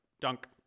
dunk